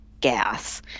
gas